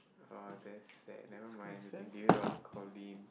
uh that's sad never mind you can give it out to Coleen